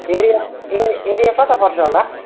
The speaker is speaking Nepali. एरिया ए एरिया कता पर्छ होला